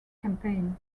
campaign